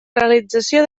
realització